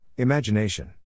Imagination